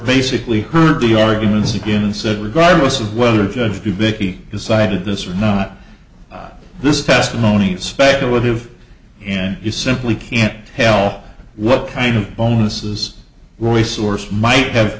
basically heard the arguments again and said regardless of whether a judge vicki decided this or not this testimony speculative and you simply can't tell what kind of bonuses resource might have